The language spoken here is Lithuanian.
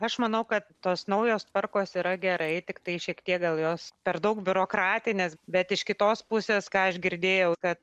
aš manau kad tos naujos tvarkos yra gerai tiktai šiek tiek gal jos per daug biurokratinės bet iš kitos pusės ką aš girdėjau kad